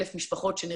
1,000 משפחות שנרשמו,